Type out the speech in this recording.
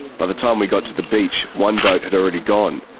by the time we got to the beach, one boat had already gone,